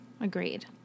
Agreed